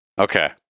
okay